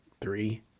three